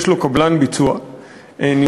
יש לו קבלן ביצוע נמרץ,